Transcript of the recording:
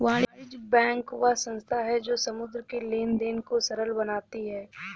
वाणिज्य बैंक वह संस्था है जो मुद्रा के लेंन देंन को सरल बनाती है